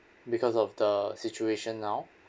because of the situation now